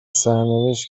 سرنوشت